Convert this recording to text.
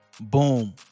Boom